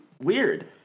weird